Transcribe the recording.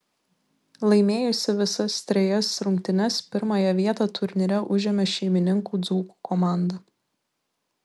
laimėjusi visas trejas rungtynes pirmąją vietą turnyre užėmė šeimininkų dzūkų komanda